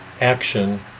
action